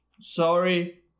Sorry